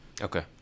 Okay